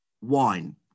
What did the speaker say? wine